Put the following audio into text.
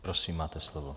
Prosím, máte slovo.